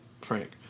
Frank